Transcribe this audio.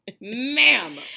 Ma'am